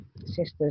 sisters